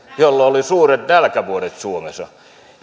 jolloin oli suuret nälkävuodet suomessa